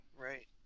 right